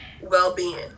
well-being